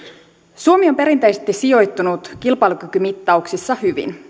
suomi on perinteisesti sijoittunut kilpailukykymittauksissa hyvin